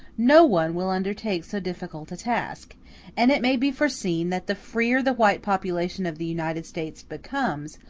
no one will undertake so difficult a task and it may be foreseen that the freer the white population of the united states becomes,